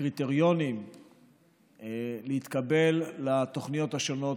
הקריטריונים להתקבל לתוכניות השונות